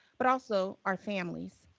but also our families.